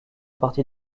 partie